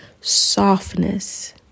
softness